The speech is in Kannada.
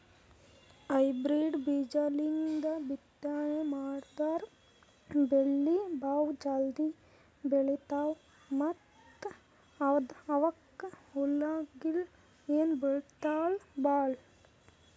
ಹೈಬ್ರಿಡ್ ಬೀಜಾಲಿಂದ ಬಿತ್ತನೆ ಮಾಡದ್ರ್ ಬೆಳಿ ಭಾಳ್ ಜಲ್ದಿ ಬೆಳೀತಾವ ಮತ್ತ್ ಅವಕ್ಕ್ ಹುಳಗಿಳ ಏನೂ ಹತ್ತಲ್ ಭಾಳ್